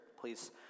Please